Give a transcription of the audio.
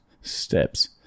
steps